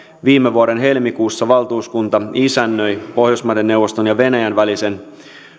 viime vuoden helmikuussa valtuuskunta isännöi pohjoismaiden neuvoston ja venäjän välisen